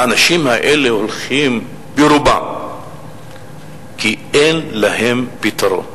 האנשים האלה הולכים ברובם כי אין להם פתרון.